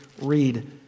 read